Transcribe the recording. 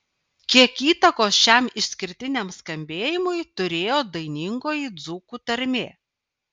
kiek įtakos šiam išskirtiniam skambėjimui turėjo dainingoji dzūkų tarmė